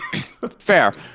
Fair